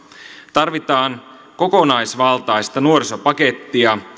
tarvitaan kokonaisvaltaista nuorisopakettia